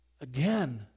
again